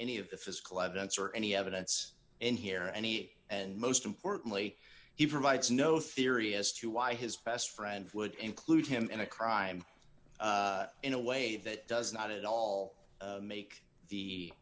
any of the physical evidence or any evidence in here or any and most importantly he provides no theory as to why his best friend would include him in a crime in a way that does not at all make the